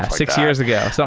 six years ago. yeah so